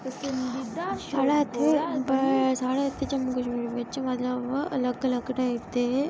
पंसदीदा साढ़ै इत्थै साढ़ै इत्थै जम्मू कश्मीर बिच्च मतलब अलग अलग टाइप दे